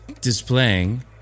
Displaying